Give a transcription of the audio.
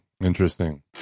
Interesting